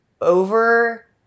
over